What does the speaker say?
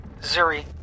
Zuri